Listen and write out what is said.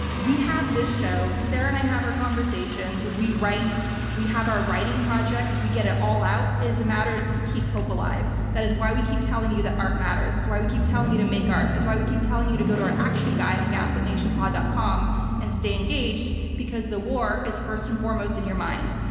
we have this show, sarah and i have our conversations, we write, we have our writing projects, we get it all out as a matter to keep hope alive. that is why we keep telling you that art matters. that's why we keep telling you to make art. that's why we keep telling you to go to our action guide on gaslitnationpod. com and stay engaged because the war is first and foremost in your mind.